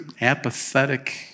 apathetic